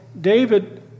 David